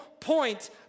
point